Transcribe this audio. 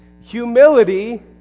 Humility